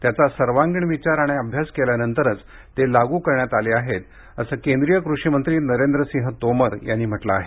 त्याचा सर्वांगीण विचार आणि अभ्यास केल्यानंतरच ते लागू करण्यात आले आहेत असं केंद्रीय कृषिमंत्री नरेंद्रसिंह तोमर यांनी म्हटलं आहे